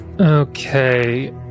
Okay